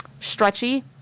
stretchy